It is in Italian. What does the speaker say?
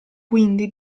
quindi